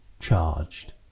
charged